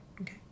okay